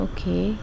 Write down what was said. Okay